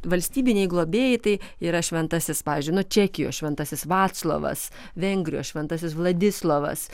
valstybiniai globėjai tai yra šventasis pavyzdžiui nu čekijos šventasis vaclovas vengrijos šventasis vladislovas